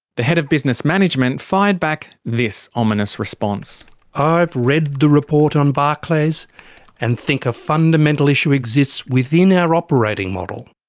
the head of business management fired back this ominous response actor i've read the report on barclays and think a fundamental issue exists within our operating model.